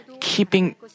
Keeping